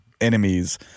enemies